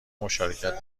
مشارکت